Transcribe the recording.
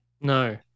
No